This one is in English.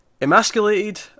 emasculated